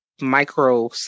micro